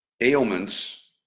ailments